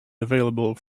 available